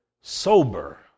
sober